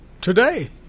today